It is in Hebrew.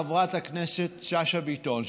חברת הכנסת שאשא ביטון,